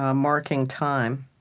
ah marking time.